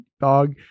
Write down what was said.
dog